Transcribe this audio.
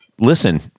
listen